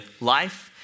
life